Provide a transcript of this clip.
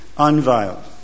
Unveiled